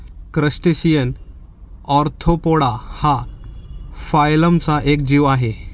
crustacean arthropoda हा फायलमचा एक जीव आहे